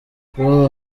kuba